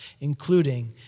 including